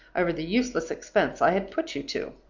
over the useless expense i had put you to!